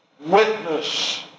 witness